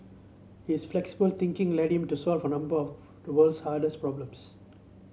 his flexible thinking led him to solve a number of the world's hardest problems